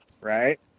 right